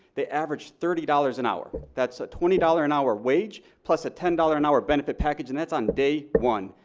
they average thirty dollars an hour. that's twenty dollars an hour wage, plus a ten dollars an hour benefit package and that's on day one.